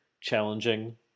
challenging